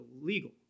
illegal